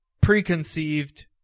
preconceived